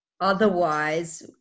otherwise